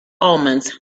omens